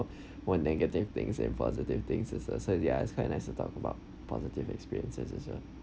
on negative things and positive things also so ya it's quite nice to talk about positive experiences as well